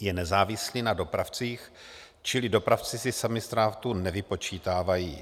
Je nezávislý na dopravcích, čili dopravci si sami ztrátu nevypočítávají.